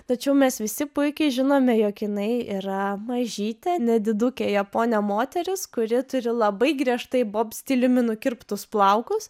tačiau mes visi puikiai žinome jog jinai yra mažytė nedidukė japonė moteris kuri turi labai griežtai bob stiliumi nukirptus plaukus